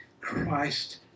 christ